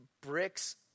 bricks